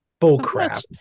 Bullcrap